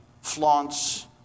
flaunts